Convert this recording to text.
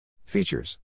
Features